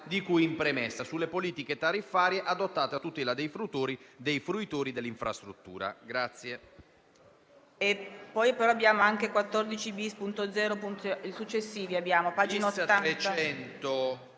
di cui in premessa sulle politiche tariffarie adottate a tutela dei fruitori dell'infrastruttura».